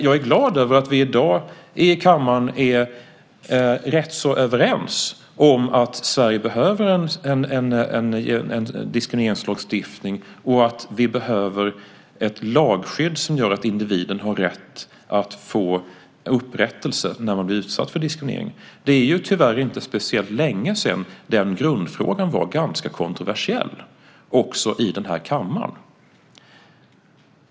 Jag är glad över att vi i kammaren i dag är rätt så överens om att Sverige behöver en diskrimineringslagstiftning och att vi behöver ett lagskydd som gör att individen har rätt att få upprättelse när man blir utsatt för diskriminering. Det är tyvärr inte speciellt länge sedan den grundfrågan var ganska kontroversiell också i den här kammaren.